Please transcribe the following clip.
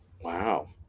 Wow